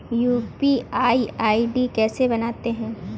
UPI ID कैसे बनाते हैं?